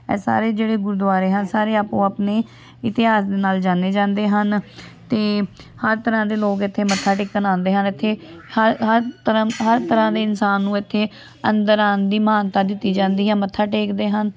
ਇਹ ਸਾਰੇ ਜਿਹੜੇ ਗੁਰਦੁਆਰੇ ਹਨ ਸਾਰੇ ਆਪੋ ਆਪਣੇ ਇਤਿਹਾਸ ਦੇ ਨਾਲ ਜਾਣੇ ਜਾਂਦੇ ਹਨ ਅਤੇ ਹਰ ਤਰ੍ਹਾਂ ਦੇ ਲੋਕ ਇੱਥੇ ਮੱਥਾ ਟੇਕਣ ਆਉਂਦੇ ਹਨ ਇੱਥੇ ਹਰ ਹਰ ਤਰ੍ਹਾਂ ਹਰ ਤਰ੍ਹਾਂ ਦੇ ਇਨਸਾਨ ਨੂੰ ਇੱਥੇ ਅੰਦਰ ਆਉਣ ਦੀ ਮਹਾਨਤਾ ਦਿੱਤੀ ਜਾਂਦੀ ਹੈ ਮੱਥਾ ਟੇਕਦੇ ਹਨ